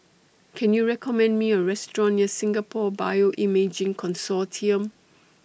Can YOU recommend Me A Restaurant near Singapore Bioimaging Consortium